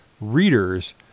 readers